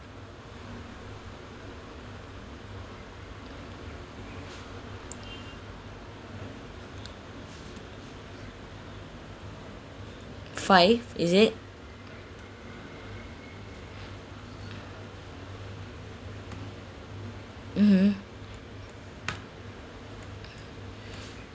five is it mmhmm